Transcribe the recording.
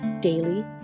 daily